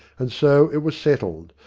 and so it was settled,